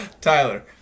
Tyler